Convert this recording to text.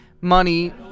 money